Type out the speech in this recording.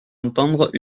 entendre